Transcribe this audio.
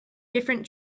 different